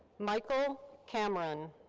michael cameron.